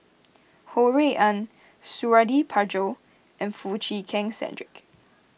Ho Rui An Suradi Parjo and Foo Chee Keng Cedric